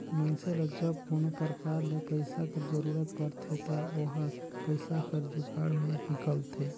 मइनसे ल जब कोनो परकार ले पइसा कर जरूरत परथे ता ओहर पइसा कर जुगाड़ में हिंकलथे